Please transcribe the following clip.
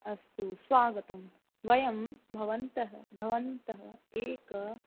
अस्तु स्वागतं वयं भवन्तः भवन्तः एक